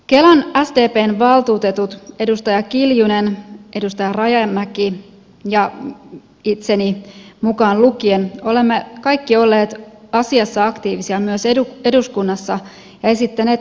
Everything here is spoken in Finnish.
kelan sdpn valtuutetut edustaja kiljunen edustaja rajamäki ja itseni mukaan lukien olemme kaikki olleet asiassa aktiivisia myös eduskunnassa ja esittäneet keskustelualoitetta asiasta